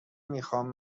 میخوام